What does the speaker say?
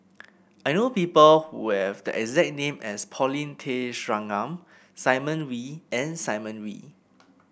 I know people who have the exact name as Paulin Tay Straughan Simon Wee and Simon Wee